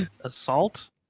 Assault